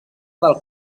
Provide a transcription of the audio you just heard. del